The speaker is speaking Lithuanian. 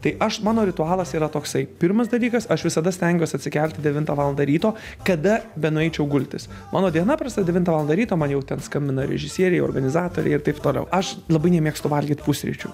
tai aš mano ritualas yra toksai pirmas dalykas aš visada stengiuos atsikelti devintą valandą ryto kada benueičiau gultis mano diena prasideda devintą valandą ryto man jau ten skambina režisieriai organizatoriai ir taip toliau aš labai nemėgstu valgyt pusryčių